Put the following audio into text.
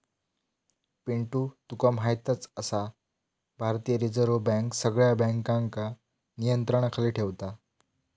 पिंटू तुका म्हायतच आसा, भारतीय रिझर्व बँक सगळ्या बँकांका नियंत्रणाखाली ठेवता